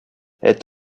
est